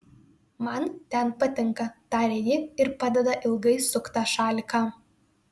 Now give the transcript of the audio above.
man ten patinka taria ji ir padeda ilgai suktą šaliką